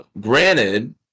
granted